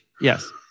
Yes